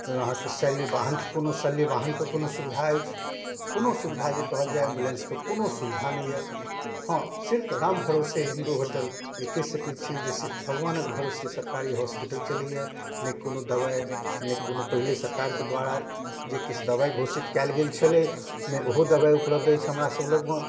अहाँके शल्य वाहनके कोनो शल्य वाहनके कोनो सुविधा अछि कोनो सुविधा जे कहल जाए एम्बुलेन्सके कोनो सुविधा नहि अइ हाँ सिर्फ राम भरोसे हिन्दू होटल जे कहि सकै छी जे सिर्फ भगवानके भरोसे सरकारी हॉस्पिटल चलैए नहि कोनो दवाइ नहि कोनो पहिले सरकारके द्वारा जे किछु दवाइ घोषित कएल गेल छलै नहि ओहो दवाइ उपलब्ध अछि हमरासब लगमे